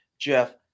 Jeff